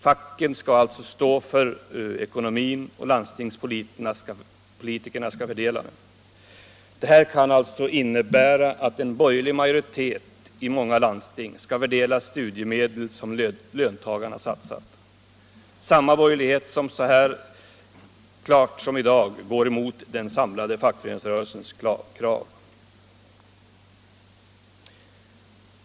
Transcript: Facket skall stå för ekonomin men landstingspolitikerna skall fördela pengarna. Det här kan alltså innebära att en borgerlig majoritet i många landsting skall fördela studiemedel som löntagarna satsat — samma borgerlighet som så klart i dag går emot den samlade fackföreningsrörelsens krav.